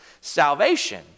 salvation